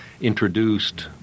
introduced